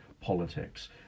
politics